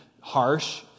harsh